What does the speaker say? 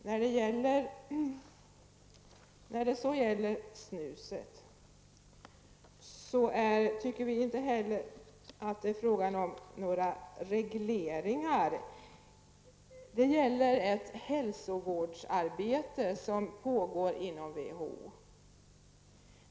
När det så gäller snuset, anser vi heller inte att det är fråga om några regleringar. Det är fråga om ett hälsovårdsarbete som pågår inom WHO.